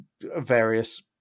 various